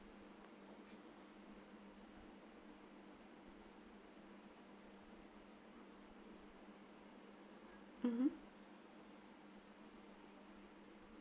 mmhmm